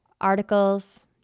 Articles